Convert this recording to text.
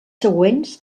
següents